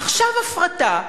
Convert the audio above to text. עכשיו הפרטה,